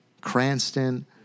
Cranston